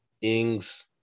Ings